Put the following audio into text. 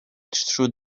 through